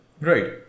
Right